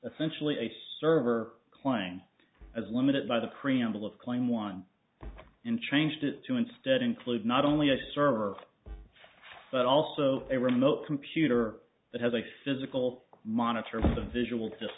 essentially a server client as limited by the preamble of claim one and changed it to instead include not only a server but also a remote computer that has a physical monitor the visual just